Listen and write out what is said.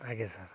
ଆଜ୍ଞା ସାର୍